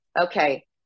Okay